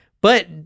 But-